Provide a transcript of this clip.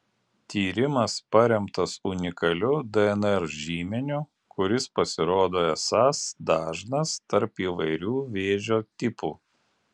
tyrimas paremtas unikaliu dnr žymeniu kuris pasirodo esąs dažnas tarp įvairių vėžio tipų